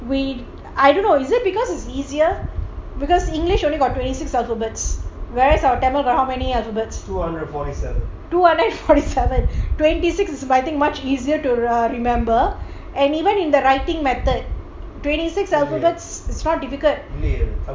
we I don't know is it because it's easier because english only got twenty six alphabets whereas our tamil got how many alphabets two hundred and forty seven twenty six I think is much easier to remember and even in the writing method twenty six alphabets is not difficult